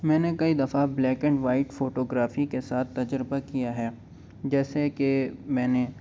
میں نے کئی دفعہ black and white photography کے ساتھ تجربہ کیا ہے جیسے کہ میں نے